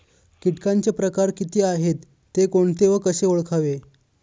किटकांचे प्रकार किती आहेत, ते कोणते व कसे ओळखावे?